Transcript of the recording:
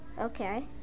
Okay